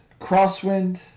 Crosswind